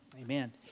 Amen